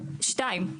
שתיים,